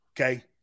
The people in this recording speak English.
Okay